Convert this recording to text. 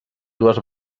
dues